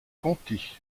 conti